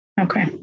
Okay